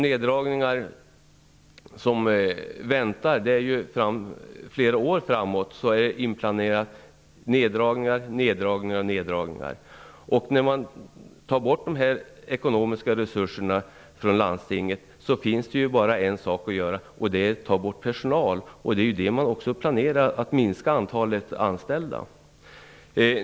Det som planeras för flera år framåt är neddragningar, neddragningar och åter neddragningar. När man tar bort de ekonomiska resurserna från landstinget finns det ju bara en sak att göra, och det är att ta bort personal. Man planerar också att minska antalet anställda.